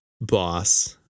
boss